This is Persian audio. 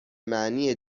معنی